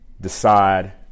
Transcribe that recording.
decide